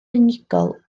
unigol